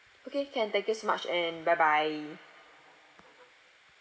okay can thank you so much and bye bye